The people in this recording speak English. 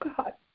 God